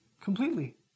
Completely